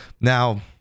Now